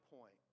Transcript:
point